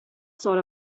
sort